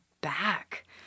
back –